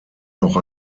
noch